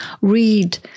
read